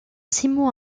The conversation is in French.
simon